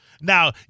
Now